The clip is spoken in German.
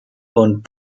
und